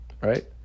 right